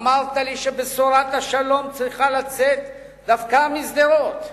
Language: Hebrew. אמרת לי שבשורת השלום צריכה לצאת דווקא משדרות,